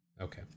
Okay